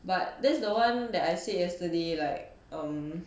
but that's the one that I said yesterday like um